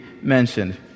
mentioned